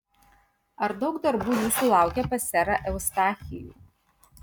ar daug darbų jūsų laukia pas serą eustachijų